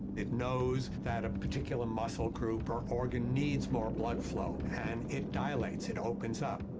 it knows that a particular muscle group or organ needs more blood flow, and it dilates, it opens up.